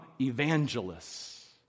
evangelists